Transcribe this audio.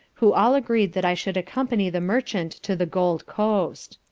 who all agreed that i should accompany the merchant to the gold coast.